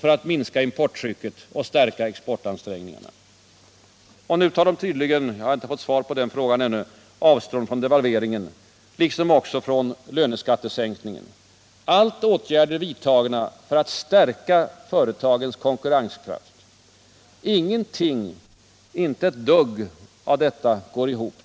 för att minska importtrycket samt för att stärka exportansträngningarna. Och nu tar de tydligen — jag har inte fått svar på den frågan ännu — avstånd från devalveringen liksom också från löneskattesänkningen, allt åtgärder vidtagna för att stärka företagens konkurrenskraft. Ingenting — inte ett dugg — av detta går ihop.